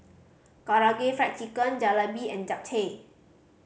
Karaage Fried Chicken Jalebi and Japchae